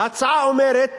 ההצעה אומרת